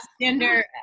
gender